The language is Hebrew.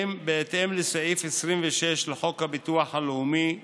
בהתאם לסעיף 206 לחוק הביטוח הלאומי ,